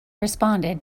responded